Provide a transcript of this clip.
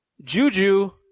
Juju